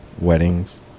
weddings